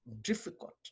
difficult